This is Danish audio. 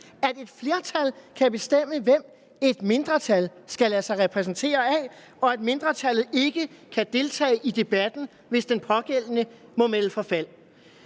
at et flertal kan bestemme, hvem et mindretal skal lade sig repræsentere af, og at mindretallet ikke kan deltage i debatten, hvis den pågældende må melde forfald.